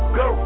go